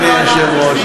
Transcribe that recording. אדוני היושב-ראש,